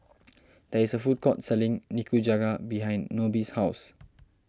there is a food court selling Nikujaga behind Nobie's house